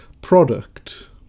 product